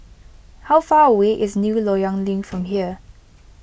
how far away is New Loyang Link from here